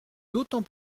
d’autant